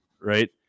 right